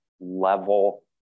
level